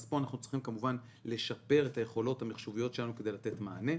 אז פה אנחנו צריכים לשפר את היכלות המחשוביות שלנו כדי לתת מענה.